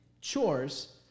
chores